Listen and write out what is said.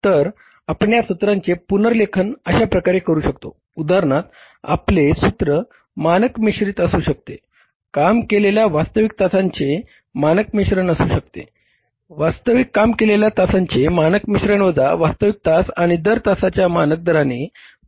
तर आपण या सूत्रांचे पुनर्लेखन अशा प्रकारे करू शकते उदाहरणार्थ आपले सूत्र मानक मिश्रित असू शकते काम केलेल्या वास्तविक तासांचे मानक मिश्रण असू शकते वास्तविक काम केलेल्या तासाच्या मानक मिश्रण वजा वास्तविक तास आणि दर तासाच्या मानक दराने गुणाकारा एवढे असू शकते